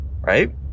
Right